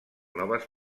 noves